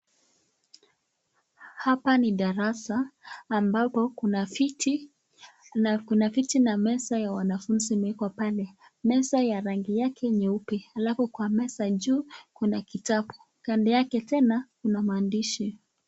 Hapa ni darasa ambapo kuna viti na meza ya wanafuzi imeekwa pale, meza ya rangi yake nyeupe alafu kwa meza juu kuna kitabu, kando yake tena kuna maandishi.